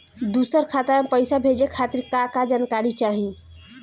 दूसर खाता में पईसा भेजे के खातिर का का जानकारी चाहि?